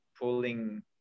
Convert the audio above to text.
pulling